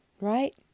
right